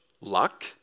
luck